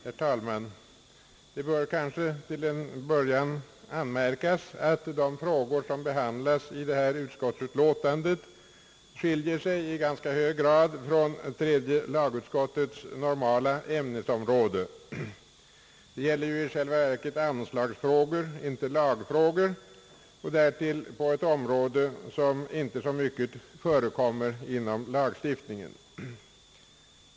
Herr talman! Det bör kanske till en början anmärkas att de frågor som behandlas i detta utlåtande i ganska hög grad skiljer sig från tredje lagutskottets normala ämnesområde. Det gäller ju i själva verket anslagsfrågor och inte lagfrågor och därtill på ett område som inte så ofta förekommer inom lagstiftningen.